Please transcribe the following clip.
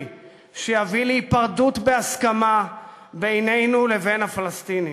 שיביא להיפרדות בהסכמה בינינו לבין הפלסטינים.